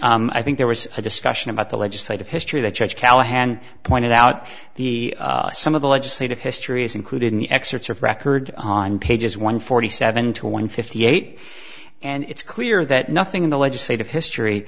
again i think there was a discussion about the legislative history of the church callahan pointed out the some of the legislative history is included in the excerpts of record on pages one forty seven to one fifty eight and it's clear that nothing in the legislative history